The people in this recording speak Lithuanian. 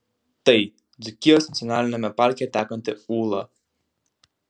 tai dzūkijos nacionaliniame parke tekanti ūla